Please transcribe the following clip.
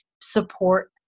support